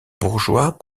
bourgeois